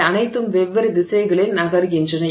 அவை அனைத்தும் வெவ்வேறு திசைகளில் நகர்கின்றன